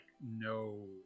no